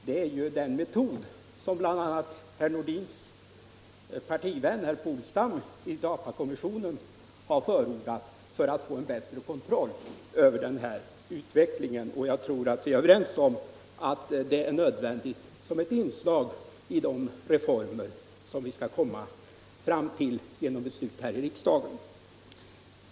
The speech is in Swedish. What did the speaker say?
Det är ju den metod som bland andra herr Nordins partivän herr Polstam har förordat i datakommissionen för att få en bättre kontroll över utvecklingen, och jag tror att vi är överens om att ett sådant register är ett nödvändigt inslag bland de reformer som vi skall komma fram till genom beslut här i riksdagen.